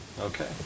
Okay